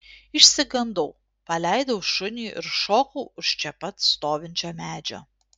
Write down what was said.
išsigandau paleidau šunį ir šokau už čia pat stovinčio medžio